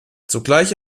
zugleich